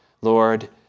Lord